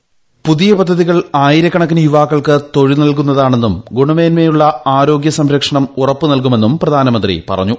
voice പുതിയ പദ്ധതികൾ ആയിരക്കണക്കിന് യുവാക്കൾക്ക് തൊഴിൽ നൽകുന്നതാണെന്നും ഗുണമേന്മയുള്ള ആരോഗൃ സംരക്ഷണം ഉറപ്പ് നൽകുമെന്നും പ്രധാനമന്ത്രി പറഞ്ഞു